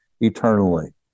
eternally